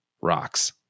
rocks